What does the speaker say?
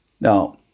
Now